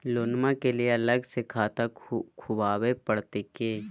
लोनमा के लिए अलग से खाता खुवाबे प्रतय की?